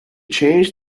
change